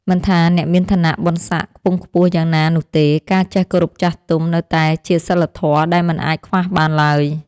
មិនថាអ្នកមានឋានៈបុណ្យសក្តិខ្ពង់ខ្ពស់យ៉ាងណានោះទេ ការចេះគោរពចាស់ទុំនៅតែជាសីលធម៌ដែលមិនអាចខ្វះបានឡើយ។